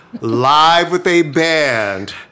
live-with-a-band